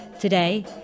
Today